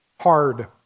Hard